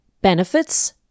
Benefits